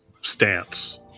stance